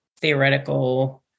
theoretical